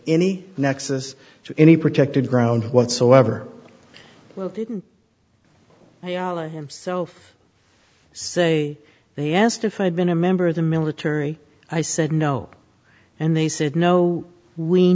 any nexus to any protected ground whatsoever well hidden yalit himself say they asked if i'd been a member of the military i said no and they said no we